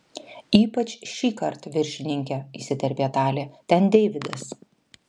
ypač šįkart viršininke įsiterpė talė ten deividas